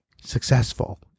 successful